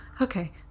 okay